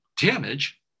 damage